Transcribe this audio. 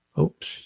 Oops